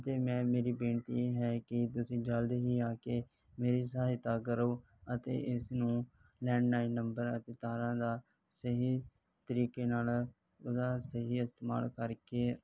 ਮੇਰੀ ਬੇਨਤੀ ਹੈ ਕਿ ਤੁਸੀਂ ਜਲਦ ਹੀ ਆ ਕੇ ਮੇਰੀ ਸਹਾਇਤਾ ਕਰੋ ਅਤੇ ਇਸ ਨੂੰ ਲੈਂਡਲਾਈਨ ਨੰਬਰ ਹੈ ਤੇ ਤਾਰਾਂ ਦਾ ਸਹੀ ਤਰੀਕੇ ਨਾਲ ਉਹਦਾ ਸਹੀ ਇਸਤੇਮਾਲ ਕਰਕੇ